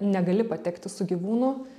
negali patekti su gyvūnu